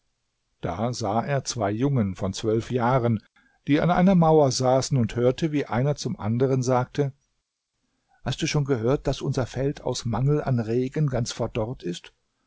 da sah er zwei jungen von zwölf jahren die an einer mauer saßen und hörte wie einer zum anderen sagte hast du schon gehört daß unser feld aus mangel an regen ganz verdorrt ist